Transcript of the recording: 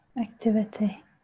activity